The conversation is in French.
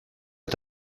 est